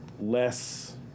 less